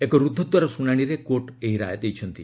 ଏକ ରୁଦ୍ଧଦ୍ୱାର ଶ୍ରଣାଣିରେ କୋର୍ଟ ଏହି ରାୟ ଦେଇଛନ୍ତି